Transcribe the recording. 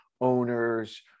owners